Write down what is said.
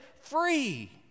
free